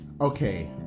Okay